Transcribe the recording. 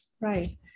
Right